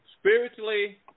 spiritually